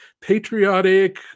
patriotic